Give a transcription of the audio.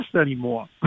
anymore